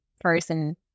person